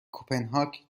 کپنهاک